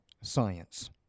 science